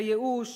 לייאוש,